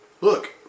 look